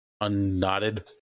unknotted